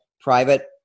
private